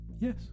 yes